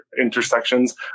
intersections